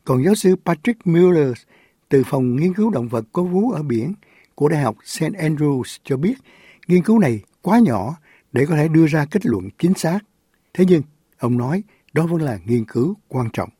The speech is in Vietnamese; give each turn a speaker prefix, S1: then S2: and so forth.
S1: Còn giáo sư Patrick Mueller từ Phòng Nghiên cứu Động vật có vú ở biển của Đại học St. Andrews cho biết, nghiên cứu này quá nhỏ để có thể đưa ra kết luận chính xác. Thế nhưng, ông nói, đó vẫn là nghiên cứu quan trọng.